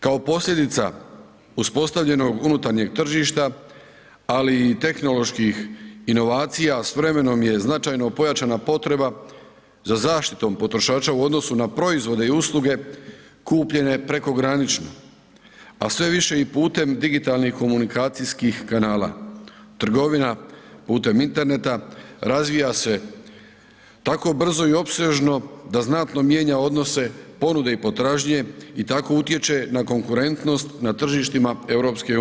Kao posljedica uspostavljenog unutarnjeg tržišta, ali i tehnoloških inovacija s vremenom je značajno pojačana potreba za zaštitom potrošača u odnosnu na proizvode i usluge kupljene prekogranično, a sve više i putem digitalnih komunikacijskih kanala, trgovina putem interneta razvija se tako brzo i opsežno da znatno mijenja odnose ponude i potražnje i tako utječe na konkurentnost na tržištima EU.